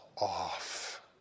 off